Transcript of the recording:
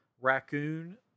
raccoon